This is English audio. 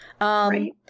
Right